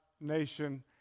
nation